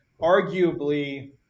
arguably